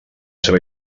seva